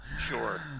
sure